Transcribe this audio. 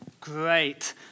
Great